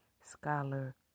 scholar